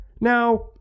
Now